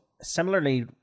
similarly